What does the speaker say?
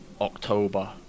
October